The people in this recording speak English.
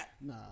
Nah